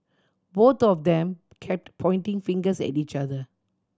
both of them kept pointing fingers at each other